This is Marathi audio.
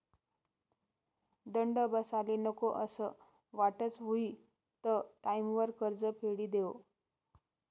दंड बसाले नको असं वाटस हुयी त टाईमवर कर्ज फेडी देवो